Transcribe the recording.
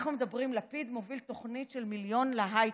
לפיד מוביל תוכנית של "מיליון להייטק".